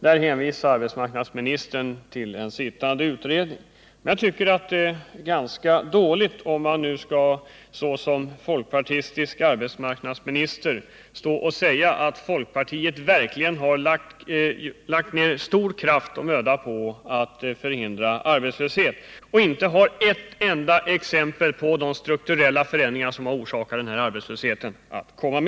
Där hänvisar arbetsmarknadsministern till en sittande utredning. Jag tycker att det är ganska dåligt om man nu såsom folkpartistisk arbetsmarknadsminister säger att folkpartiet verkligen har lagt ner stor kraft och möda på att förhindra arbetslöshet men inte har ett enda exempel att komma med på de strukturella förändringar som har orsakat den här arbetslösheten.